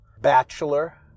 bachelor